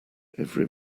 every